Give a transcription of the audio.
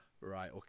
Right